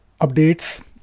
updates